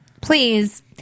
Please